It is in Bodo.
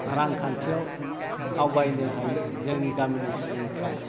रांखान्थियाव आवगायनो हायो जोंनि गामिनि सुबुंफ्रा